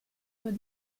doit